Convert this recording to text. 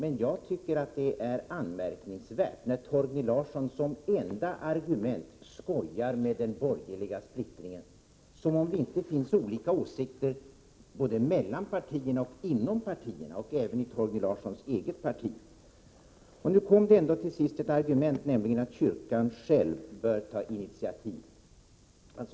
Men jag tycker att det är anmärkningsvärt när Torgny Larsson som enda argument skojar med den borgerliga splittringen — som om det inte finns olika åsikter både mellan partierna och inom partierna, och även i Torgny Larssons eget parti. Nu kom det ändå till sist ett argument, nämligen att kyrkan själv bör ta initiativ.